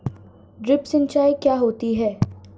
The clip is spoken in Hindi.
ड्रिप सिंचाई क्या होती हैं?